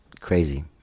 crazy